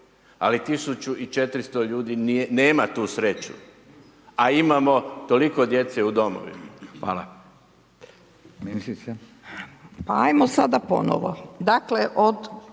ali 1400 ljudi nema tu sreću a imamo toliko djece u domovima.